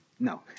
No